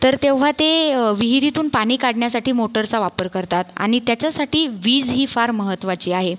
तर तेव्हा ते विहीरीतून पाणी काढण्यासाठी मोटरचा वापर करतात आणि त्याच्यासाठी वीज ही फार महत्त्वाची आहे